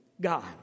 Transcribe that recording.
god